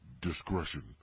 Discretion